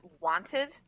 wanted